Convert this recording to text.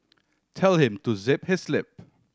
tell him to zip his lip